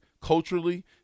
culturally